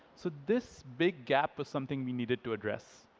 so this big gap was something we needed to address.